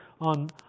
on